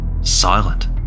silent